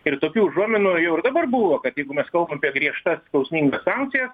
ir tokių užuominų jau ir dabar buvo kad jeigu mes kalbam apie griežtas skausmingas sankcijas